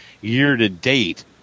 year-to-date